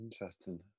Interesting